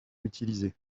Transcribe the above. utilisé